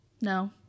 no